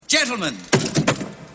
Gentlemen